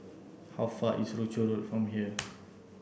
how far away is Rochor Road from here